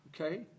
Okay